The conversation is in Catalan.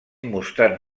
mostrant